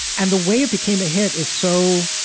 and the way it became a hit is so,